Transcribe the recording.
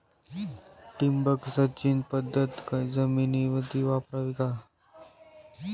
ठिबक सिंचन पद्धत कमी जमिनीत वापरावी का?